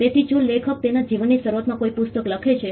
તેથી જો લેખક તેના જીવનની શરૂઆતમાં કોઈ પુસ્તક લખે છે